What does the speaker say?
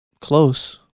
close